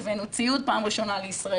הבאנו ציוד בפעם הראשונה לישראל,